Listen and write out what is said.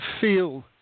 feel